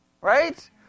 Right